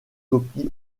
copie